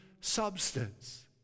substance